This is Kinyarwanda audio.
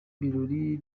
birori